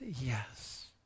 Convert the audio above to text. Yes